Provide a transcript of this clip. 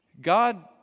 God